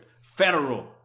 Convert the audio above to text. Federal